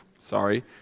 Sorry